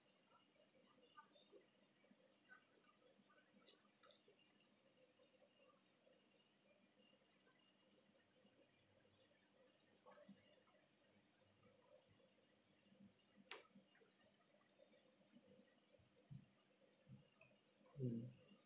mm